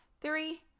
Three